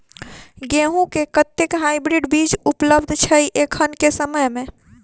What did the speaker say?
गेंहूँ केँ कतेक हाइब्रिड बीज उपलब्ध छै एखन केँ समय मे?